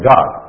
God